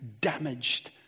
damaged